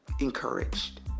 encouraged